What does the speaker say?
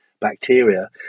bacteria